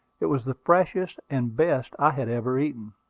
it was the freshest and best i had ever eaten.